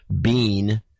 Bean